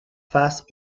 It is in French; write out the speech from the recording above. face